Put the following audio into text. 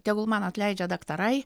tegul man atleidžia daktarai